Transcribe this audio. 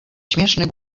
śmieszny